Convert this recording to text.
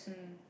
mm